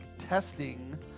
testing